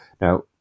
Now